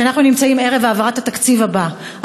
כשאנחנו נמצאים ערב העברת התקציב הבא,